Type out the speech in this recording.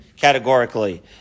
Categorically